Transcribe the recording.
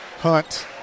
Hunt